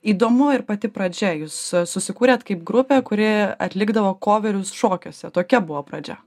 įdomu ir pati pradžia jūs susikūrėt kaip grupė kuri atlikdavo koverius šokiuose tokia buvo pradžia